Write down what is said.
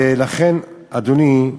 אדוני,